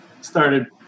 started